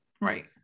right